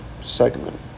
segment